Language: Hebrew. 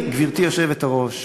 גברתי היושבת-ראש,